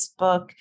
Facebook